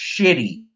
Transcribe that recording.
shitty